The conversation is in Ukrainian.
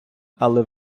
але